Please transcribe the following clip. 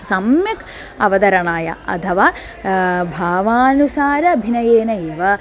सम्यक् अवतरणाय अथवा भावानुसारम् अभिनयेन एव